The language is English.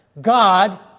God